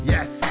Yes